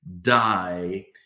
die